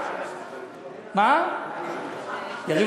יריב,